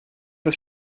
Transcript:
das